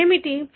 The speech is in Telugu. ఇది ఏమిటి